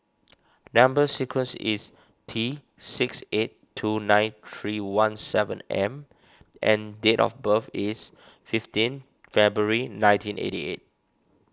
Number Sequence is T six eight two nine three one seven M and date of birth is fifteen February nineteen eighty eight